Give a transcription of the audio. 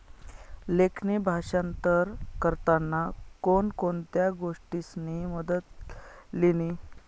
लेखणी भाषांतर करताना कोण कोणत्या गोष्टीसनी मदत लिनी